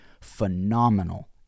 phenomenal